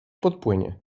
podpłynie